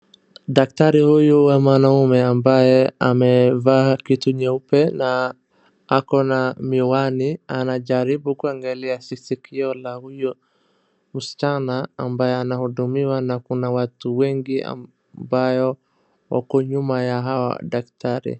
Daktari huyu wa mwanaume ambaye amevaa kitu nyeupe na ako miwani. Anajaribu kuangalia sikio la huyo msichana ambaye ana hudumiwa na kuna watu ambayo wako nyuma ya hawa daktari.